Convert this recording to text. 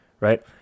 right